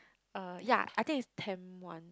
uh ya I think it's Tamp-One